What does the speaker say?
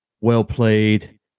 well-played